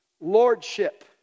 lordship